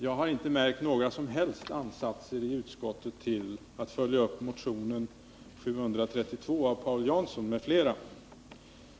Jag har inte märkt några som helst ansatser i utskottet till att man ville följa upp motionen 732 av Paul Jansson m.fl.